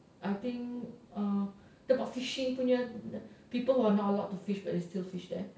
I think uh tempat fishing punya people who are not allowed to fish but they still fish there